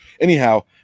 Anyhow